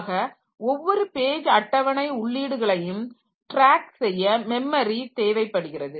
ஆக ஒவ்வொரு பேஜ் அட்டவணை உள்ளீடுகளையும் டிராக் செய்ய மெமரி தேவைப்படுகிறது